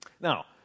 Now